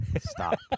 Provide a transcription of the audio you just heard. Stop